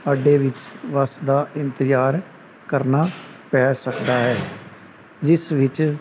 ਅੱਡੇ ਵਿੱਚ ਬੱਸ ਦਾ ਇੰਤਜ਼ਾਰ ਕਰਨਾ ਪੈ ਸਕਦਾ ਹੈ ਜਿਸ ਵਿੱਚ